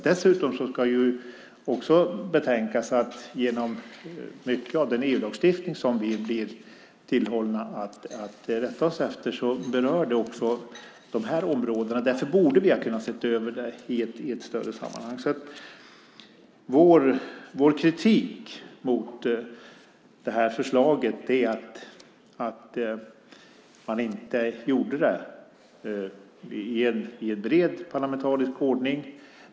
Dessutom ska man betänka att mycket av den EU-lagstiftning som vi blir tillhållna att rätta oss efter också berör de här områdena. Därför borde vi ha kunnat se över det i ett större sammanhang. Vår kritik mot det här förslaget gäller att man inte gjorde detta i en bred parlamentarisk ordning.